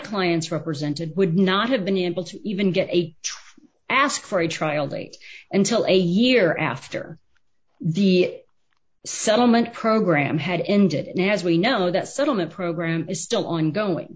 clients represented would not have been able to even get a true ask for a trial date until a year after the settlement program had ended and as we know that settlement program is still ongoing